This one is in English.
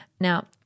Now